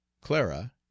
clara